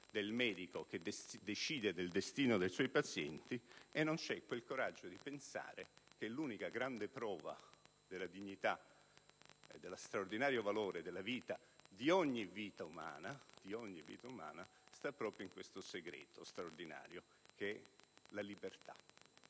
del medico che decide del destino dei suoi pazienti e non c'è quel coraggio di pensare che l'unica grande prova della dignità e dello straordinario valore di ogni vita umana, sta proprio in questo segreto straordinario che è la libertà*.